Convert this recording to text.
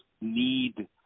need